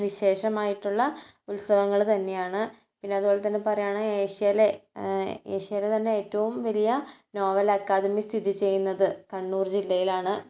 വിശേഷമായിട്ടുള്ള ഉത്സവങ്ങൾ തന്നെയാണ് പിന്നെ അതുപോലെ തന്നെ പറയുകയാണ് ഏഷ്യയിലെ ഏഷ്യയിലെ തന്നെ ഏറ്റവും വലിയ നോവൽ അക്കാദമി സ്ഥിതി ചെയ്യുന്നത് കണ്ണൂർ ജില്ലയിലാണ്